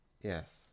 Yes